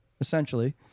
essentially